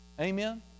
Amen